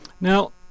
Now